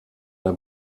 der